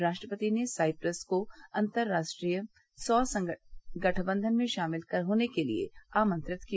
राष्ट्रपति ने साइप्रस को अंतर्राष्ट्रीय सौर गठबंधन में शामिल होने के लिए आमंत्रित किया